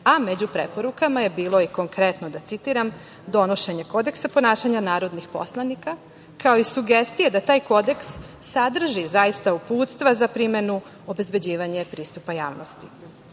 a među preporukama je i bilo konkretno, da citiram, donošenje kodeksa ponašanja narodnih poslanika, kao i sugestije da taj kodeks sadrži uputstva za primenu obezbeđivanja pristupa